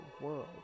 world